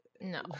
No